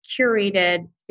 curated